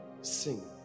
sing